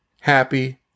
happy